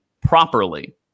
properly